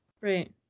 Right